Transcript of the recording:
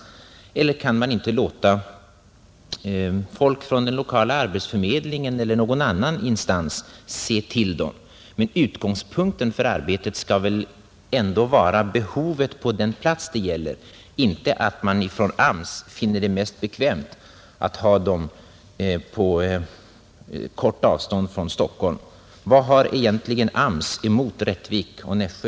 Skulle man inte kunna låta folk från den lokala arbetsförmedlingen eller någon annan instans se till dem? Utgångspunkten för arbetet skall väl ändå vara behovet på den plats det gäller, inte att man i AMS finner det bekvämast att ha vederbörande på kort avstånd från Stockholm. Vad har egentligen AMS emot Rättvik och Nässjö?